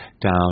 down